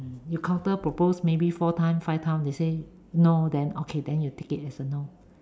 you counter propose maybe four times five times they say no then okay you take it as a no